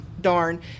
darn